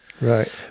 Right